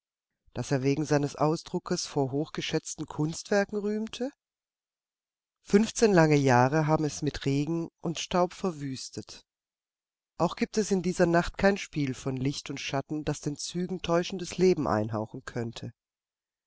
das er wegen seines ausdruckes vor hochgeschätzten kunstwerken rühmte fünfzehn lange jahre haben es mit regen und staub verwüstet auch gibt es in dieser nacht kein spiel von licht und schatten das den zügen täuschendes leben einhauchen könnte